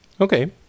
Okay